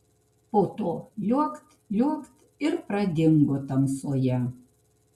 po to liuokt liuokt ir pradingo tamsoje